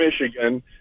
Michigan